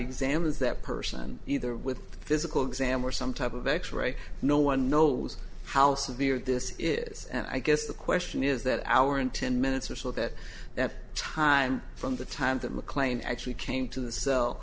examines that person either with physical exam or some type of x ray no one knows how severe this is and i guess the question is that hour and ten minutes or so that they have time from the time that mclean actually came to